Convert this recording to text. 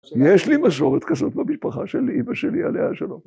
יש לי מסורת כזאת בבשפחה שלי, אמא שלי עליה השלום.